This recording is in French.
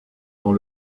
dans